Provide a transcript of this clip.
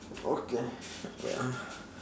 okay wait ah